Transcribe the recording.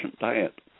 diet